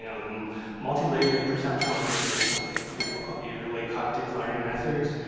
you know the um multi-layered perception which is something people call usually cognitive learning methods.